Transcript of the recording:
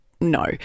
no